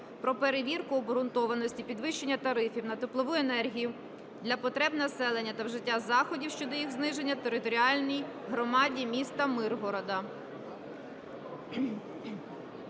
про перевірку обґрунтованості підвищення тарифів на теплову енергію для потреб населення та вжиття заходів щодо їх зниження територіальній громаді міста Миргорода.